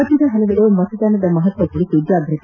ರಾಜ್ಯದ ಹಲವೆಡೆ ಮತೆದಾನದ ಮಹತ್ವ ಕುರಿತು ಜಾಗ್ಬತಿ